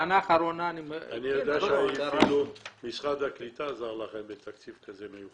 אני יודע שאפילו משרד הקליטה עזר לכם בתקציב מיוחד,